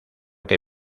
que